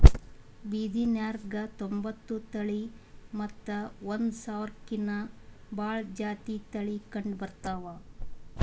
ಬಿದಿರ್ನ್ಯಾಗ್ ತೊಂಬತ್ತೊಂದು ತಳಿ ಮತ್ತ್ ಒಂದ್ ಸಾವಿರ್ಕಿನ್ನಾ ಭಾಳ್ ಜಾತಿ ತಳಿ ಕಂಡಬರ್ತವ್